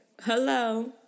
Hello